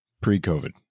pre-COVID